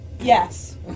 Yes